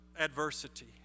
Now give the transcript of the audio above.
adversity